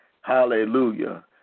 Hallelujah